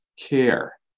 care